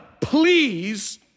please